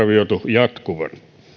jatkuvan